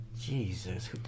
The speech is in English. jesus